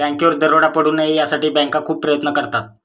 बँकेवर दरोडा पडू नये यासाठी बँका खूप प्रयत्न करतात